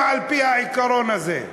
אם על-פי העיקרון הזה,